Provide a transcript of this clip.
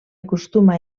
acostuma